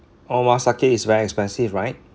omakase is very expensive right